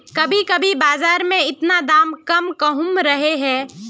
कभी कभी बाजार में इतना दाम कम कहुम रहे है?